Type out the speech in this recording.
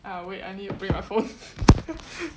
uh wait I need to bring my phone